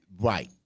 Right